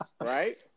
Right